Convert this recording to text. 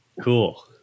cool